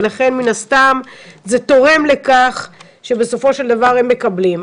ולכן מן הסתם זה תורם לכך שבסופו של דבר הם מקבלים.